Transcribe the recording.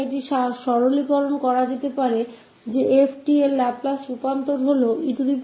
तो यह सरलीकृत किया जा सकता है देखने क लिए की f का लाप्लास ट्रांसफॉर्म है 1 e sccs2